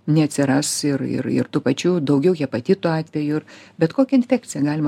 neatsiras ir ir ir tų pačių daugiau hepatitų atvejų bet kokia infekcija galima